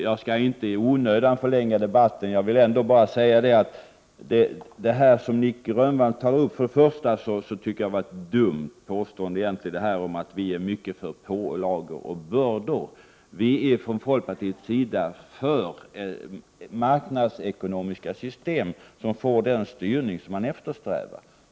Jag vill inte i onödan förlänga debatten, men först och främst tycker jag att Nic Grönvalls påstående om att vi är mycket för pålagor och bördor är dumt. Vi är från folkpartiets sida för marknadsekonomiska system genom vilka man får den styrning man eftersträvar.